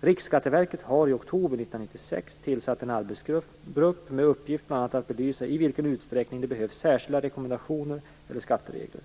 Riksskatteverket har i oktober 1996 tillsatt en arbetsgrupp med uppgift bl.a. att belysa i vilken utsträckning det behövs särskilda rekommendationer eller skatteregler.